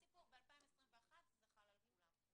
ב-2021 זה חל על כולם.